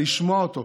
לשמוע אותו,